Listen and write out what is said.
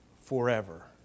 forever